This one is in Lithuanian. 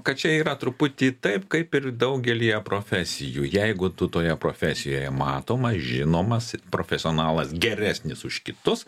kad čia yra truputį taip kaip ir daugelyje profesijų jeigu tu toje profesijoje matomas žinomas profesionalas geresnis už kitus